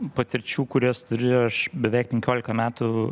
patirčių kurias prieš beveik penkiolika metų